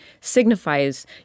signifies